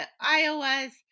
Iowa's